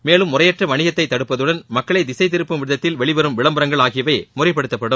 மேலும் முறையற்ற வணிகத்தைத் தடுப்பதுடன் மக்களை திசைதிருப்பும் விதத்தில் வெளிவரும் விளம்பரங்கள் ஆகியவை முறைப்படுத்தப்படும்